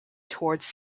towards